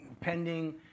pending